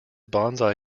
bonsai